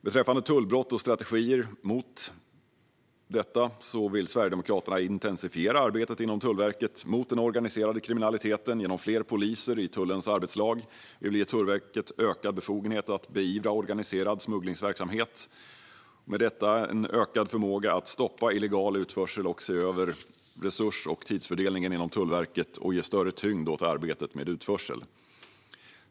Beträffande tullbrott och strategier emot dessa vill Sverigedemokraterna intensifiera arbetet inom Tullverket mot den organiserade kriminaliteten genom fler poliser i tullens arbetslag. Vi vill ge Tullverket ökad befogenhet att beivra organiserad smugglingsverksamhet och med detta en ökad förmåga att stoppa illegal utförsel, se över resurs och tidsfördelningen inom Tullverket och ge större tyngd åt arbetet med utförsel.